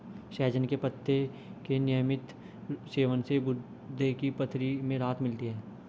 सहजन के पत्ते के नियमित सेवन से गुर्दे की पथरी में राहत मिलती है